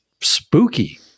spooky